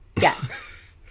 Yes